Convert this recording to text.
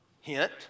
Hint